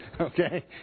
okay